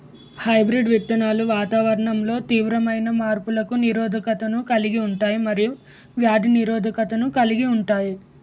hybrid విత్తనాలు వాతావరణంలో తీవ్రమైన మార్పులకు నిరోధకతను కలిగి ఉంటాయి మరియు వ్యాధి నిరోధకతను కలిగి ఉంటాయి